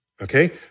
Okay